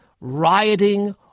rioting